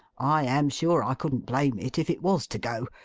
i am sure i couldn't blame it if it was to go.